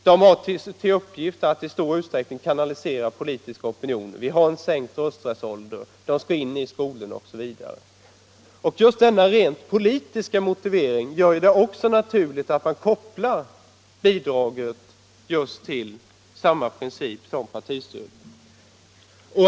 De har till uppgift att i stor utsträckning kanalisera politiska opinioner. Vi har sänkt rösträttsåldern, organisationerna skall in i skolorna, osv. Just denna rent politiska motivering gör det också naturligt att man kopplar bidraget till samma princip som partistödet.